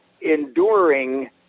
enduring